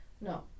no